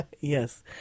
Yes